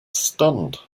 stunned